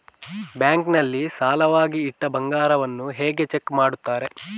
Bank ನಲ್ಲಿ ಸಾಲವಾಗಿ ಇಟ್ಟ ಬಂಗಾರವನ್ನು ಹೇಗೆ ಚೆಕ್ ಮಾಡುತ್ತಾರೆ?